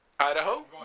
Idaho